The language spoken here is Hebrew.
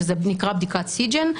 שזה נקרא בדיקת סיג'ן,